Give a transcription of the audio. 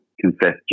confessed